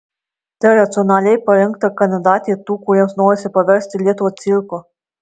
tai racionaliai parinkta kandidatė tų kuriems norisi paversti lietuvą cirku